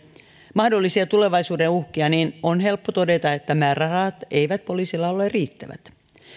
mahdollisia tulevaisuuden uhkia niin on helppo todeta että määrärahat eivät poliisilla ole riittävät